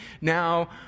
now